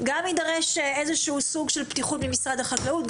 יידרש סוג של פתיחות ממשרד החקלאות,